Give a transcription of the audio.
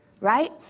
Right